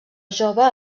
jove